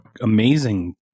amazing